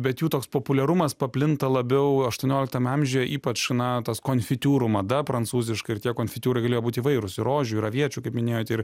bet jų toks populiarumas paplinta labiau aštuonioliktame amžiuje ypač na tos konfitūrų mada prancūziška ir tie konfitiūrai galėjo būt įvairūs ir rožių ir aviečių kaip minėjote ir